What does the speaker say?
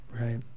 right